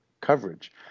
coverage